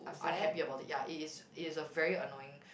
unhappy about it ya it is it is a very annoying